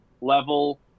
level